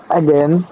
again